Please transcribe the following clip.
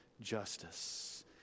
justice